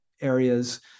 areas